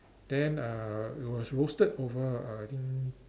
then uh it was roasted over I think